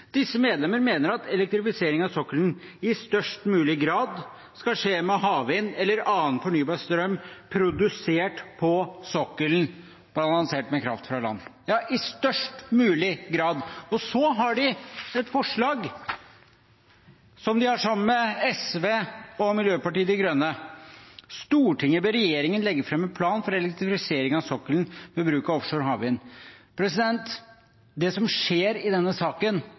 størst mulig grad skal skje med havvind eller annen fornybar strøm produsert på sokkelen, balansert med kraft fra land.» – Ja, «i størst mulig grad». Og så har de et forslag, sammen med SV og Miljøpartiet De Grønne: «Stortinget ber regjeringen legge fram en plan for elektrifisering av sokkelen ved bruk av offshore havvind.» Det som skjer i denne saken,